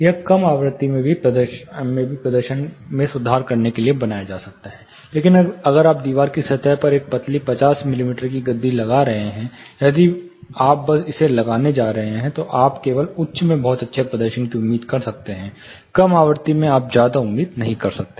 यह कम आवृत्ति में भी प्रदर्शन में सुधार करने के लिए बनाया जा सकता है लेकिन अगर आप दीवार की सतह पर एक पतली 50 मिमी की गद्दी लगा रहे हैं यदि आप बस इसे लगाने जा रहे हैं तो आप केवल उच्च में बहुत अच्छे प्रदर्शन की उम्मीद कर सकते हैं कम आवृत्ति में आप ज्यादा उम्मीद नहीं कर सकते